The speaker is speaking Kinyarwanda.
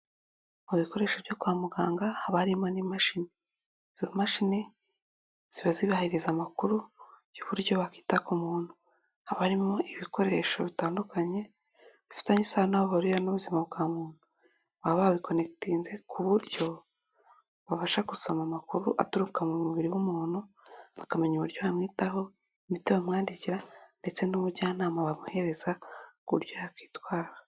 Mu bikoresho byo kwa muganga, haba harimo n'imashini. Izo mashini, ziba zibahereza amakuru y'uburyo bakita ku muntu. Haba harimo ibikoresho bitandukanye, bifitanye isano n'aho bahuriye n'ubuzima bwa muntu, baba babikonekitinze ku buryo babasha gusoma amakuru aturuka mu mubiri w'umuntu, bakamenya uburyo bamwitaho, imiti bamwandikira, ndetse n'ubujyanama bamuhereza ku buburyo yakwitwara.